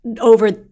over